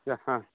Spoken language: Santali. ᱦᱮᱸ ᱦᱮᱸ